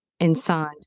inside